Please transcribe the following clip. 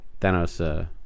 Thanos